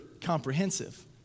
comprehensive